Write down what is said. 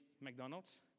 McDonald's